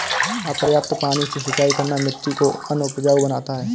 अपर्याप्त पानी से सिंचाई करना मिट्टी को अनउपजाऊ बनाता है